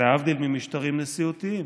להבדיל ממשטרים נשיאותיים.